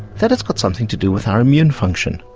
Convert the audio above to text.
that it's got something to do with our immune function.